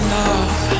love